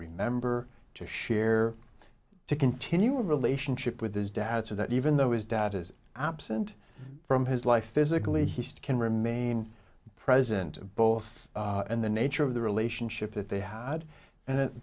remember to share to continue a relationship with his dad so that even though is dad is absent from his life physically hist can remain present both in the nature of the relationship that they had and